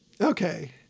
Okay